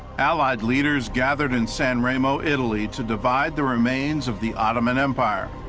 allied leaders gathered in san ramo, italy, to divide the remains of the ottoman empire.